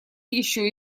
еще